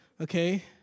Okay